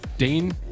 Dane